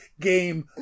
Game